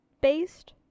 based